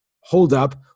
holdup